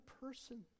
person